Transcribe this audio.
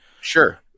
Sure